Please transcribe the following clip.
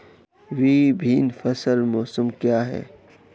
विभिन्न फसल मौसम क्या हैं?